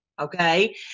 okay